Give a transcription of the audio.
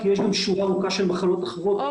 כי יש גם שורה ארוכה של מחלות אחרות,